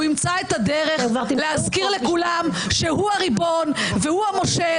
הוא ימצא את הדרך להזכיר לכולם שהוא הריבון והוא המושל,